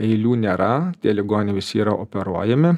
eilių nėra tie ligoniai visi yra operuojami